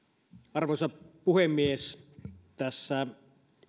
arvoisa puhemies tässä